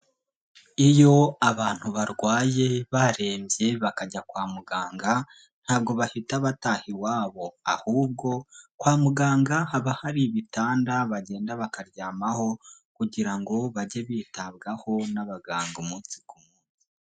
Iyo abantu barwaye barembye bakajya kwa muganga ntabwo bahita bataha iwabo, ahubwo kwa muganga haba hari ibitanda bagenda bakaryamaho kugira ngo bajye bitabwaho n'abaganga umunsi ku munsi.